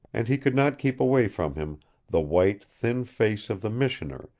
and he could not keep away from him the white, thin face of the missioner,